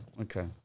Okay